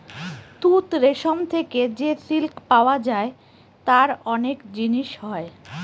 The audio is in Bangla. তুত রেশম থেকে যে সিল্ক পাওয়া যায় তার অনেক জিনিস হয়